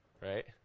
right